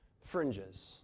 fringes